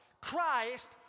Christ